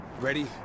Ready